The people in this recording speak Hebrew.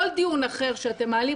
כל דיון אחר שאתם מעלים,